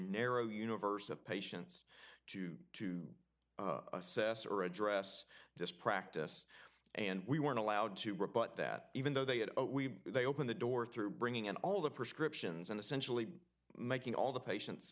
narrow universe of patients to to assess or address this practice and we weren't allowed to rebut that even though they had we they open the door through bringing in all the prescriptions and essentially making all the patients